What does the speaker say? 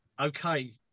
okay